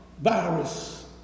virus